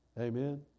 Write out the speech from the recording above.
Amen